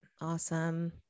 awesome